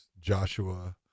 Joshua